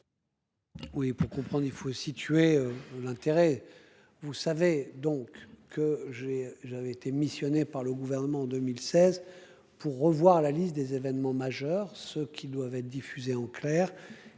Oui pour comprendre, il faut situer l'intérêt. Vous savez donc que j'ai, j'avais été missionné par le gouvernement en 2016 pour revoir la liste des événements majeurs ce qui doivent être diffusés en clair.